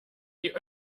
die